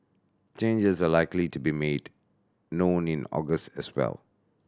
changes are likely to be made known in August as well